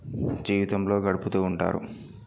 జీవితంలో గడుపుతూ ఉంటారు